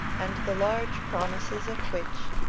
and the large promises of which,